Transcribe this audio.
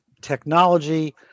technology